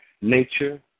nature